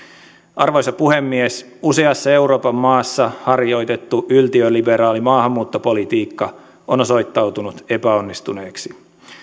arvoisa puhemies useassa euroopan maassa harjoitettu yltiöliberaali maahanmuuttopolitiikka on osoittautunut epäonnistuneeksi